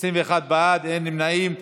21 בעד, אין נמנעים.